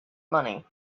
money